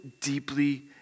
deeply